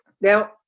now